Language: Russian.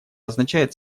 означает